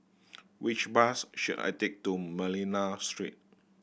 which bus should I take to Manila Street